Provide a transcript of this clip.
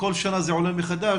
כל שנה זה עולה מחדש,